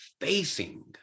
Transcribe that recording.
facing